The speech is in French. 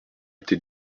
été